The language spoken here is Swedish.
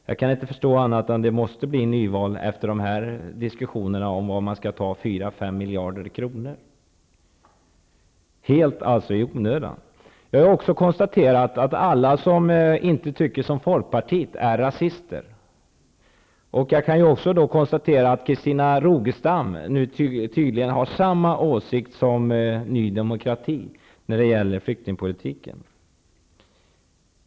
Jag kan inte förstå annat än att det måste bli nyval, efter dessa diskussioner om var man skall ta 4--5 miljarder kronor, helt i onödan. Jag har också konstaterat att alla som inte tycker som Folkpartiet är rasister. Jag kan konstatera att Christina Rogestam nu tydligen har samma åsikt som Ny demokrati när det gäller flyktingpolitiken.